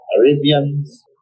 Arabians